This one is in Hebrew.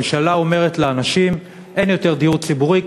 הממשלה אומרת לאנשים: אין יותר דיור ציבורי,